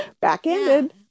Backhanded